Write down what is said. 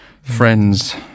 Friends